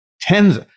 tens